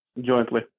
Jointly